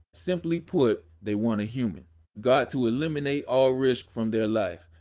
simply put, they want a human god to eliminate all risk from their life,